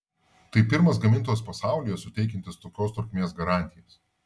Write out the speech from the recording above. tai pirmas gamintojas pasaulyje suteikiantis tokios trukmės garantijas